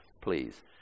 please